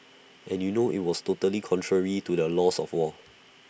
and you know IT was totally contrary to the laws of war